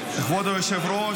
היושב-ראש,